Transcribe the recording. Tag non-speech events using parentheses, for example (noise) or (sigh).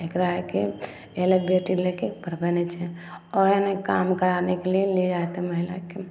एकराके एहिलए बेटी लोकके पढ़बै नहि छै आओर (unintelligible) काम करानेके लिए ले जाते महिलाके